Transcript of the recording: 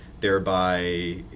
thereby